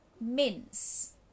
mince